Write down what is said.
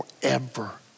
forever